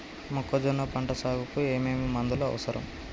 మొక్కజొన్న పంట సాగుకు ఏమేమి మందులు అవసరం?